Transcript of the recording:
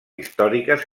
històriques